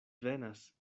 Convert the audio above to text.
venas